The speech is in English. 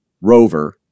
Rover